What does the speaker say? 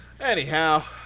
Anyhow